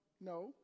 No